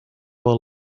would